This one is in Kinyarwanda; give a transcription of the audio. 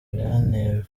byanteye